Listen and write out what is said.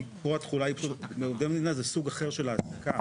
כי פה התחולה היא פשוט מעובדי מדינה זה סוג אחר של העסקה,